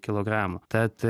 kilogramų tad